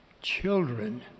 children